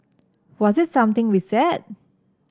was it something we said